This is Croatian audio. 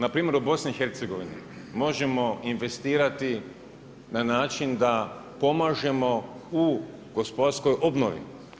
Na primjer u BiH možemo investirati na način da pomažemo u gospodarskoj obnovi.